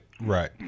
right